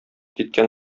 киткән